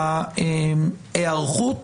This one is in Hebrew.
ההיערכות